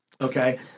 Okay